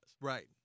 Right